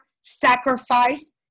sacrifice